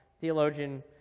theologian